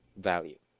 value